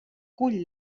cull